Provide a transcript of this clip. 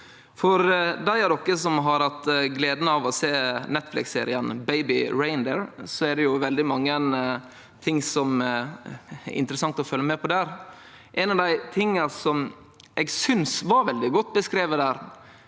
Dei som har hatt gleda av å sjå Netflix-serien Baby Reindeer, har sett at det er veldig mange ting som det er interessant å følgje med på der. Ein av dei tinga som eg synest var veldig godt beskrive der,